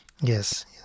Yes